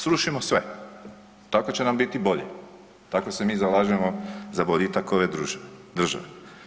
Srušimo sve, tako će nam biti bolje, tako se mi zalažemo za boljitak ove države.